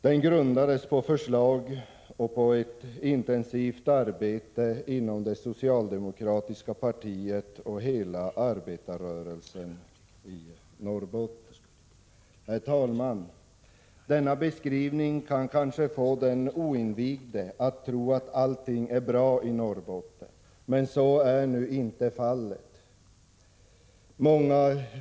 Till grund för denna politik låg förslag från och ett intensivt arbete inom det socialdemokratiska partiet och hela arbetarrörelsen i Norrbotten. Herr talman! Denna beskrivning kan kanske få den oinvigde att tro att allting är bra i Norrbotten, men så är nu inte fallet.